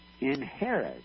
inherit